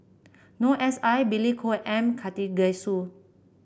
Noor S I Billy Koh and M Karthigesu